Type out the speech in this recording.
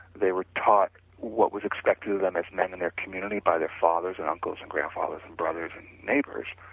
they were taught what was expected of them as men in their community by their fathers and uncles and grandfathers and brothers and neighbors.